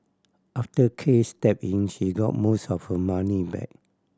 after Case stepped in she got most of her money back